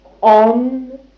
on